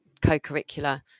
co-curricular